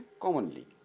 commonly